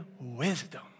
wisdom